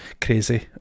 crazy